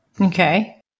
Okay